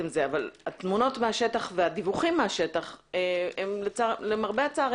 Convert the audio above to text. אבל התמונות והדיווחים מהשטח למרבה הצער,